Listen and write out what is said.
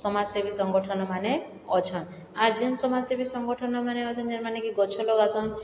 ସମାଜସେବି ସଂଗଠନମାନେ ଅଛନ୍ ଆର୍ ଯେନ୍ ସମାଜସେବି ସଂଗଠନମାନେ ଅଛନ୍ ଯେନ୍ ମାନେ କି ଗଛ ଲଗାସନ୍